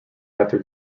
after